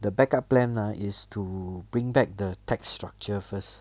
the backup plan ah is to bring back the tax structure first